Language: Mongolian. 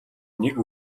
нэг